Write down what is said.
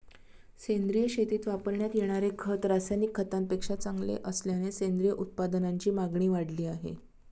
सेंद्रिय शेतीत वापरण्यात येणारे खत रासायनिक खतांपेक्षा चांगले असल्याने सेंद्रिय उत्पादनांची मागणी वाढली आहे